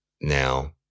Now